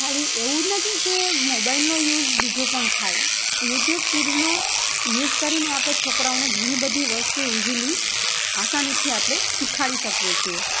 ખાલી એવું જ નથી કે મોબાઈલનો યુઝ એવો પણ થાય યુટ્યુબ કિડ્સનો યુઝ કરીને આપણે છોકરાંઓને ઘણી બધી વસ્તુઓ ઇઝીલી આસાનીથી આપણે શીખવાડી શકીએ છીએ